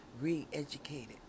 re-educated